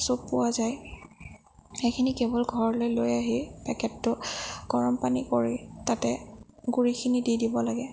চুপ পোৱা যায় সেইখিনি কেৱল ঘৰলৈ লৈ আহি পেকেটটো গৰম পানী কৰি তাতে গুড়িখিনি দি দিব লাগে